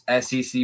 sec